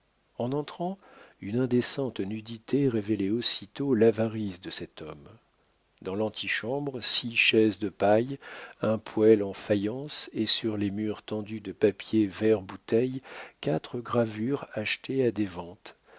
en entrant une indécente nudité révélait aussitôt l'avarice de cet homme dans l'antichambre six chaises de paille un poêle en faïence et sur les murs tendus de papier vert-bouteille quatre gravures achetées à des ventes